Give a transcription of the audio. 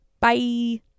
bye